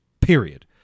Period